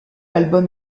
album